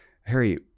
Harry